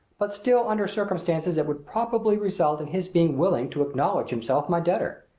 but still under circumstances that would probably result in his being willing to acknowledge himself my debtor.